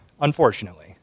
unfortunately